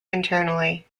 internally